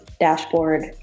dashboard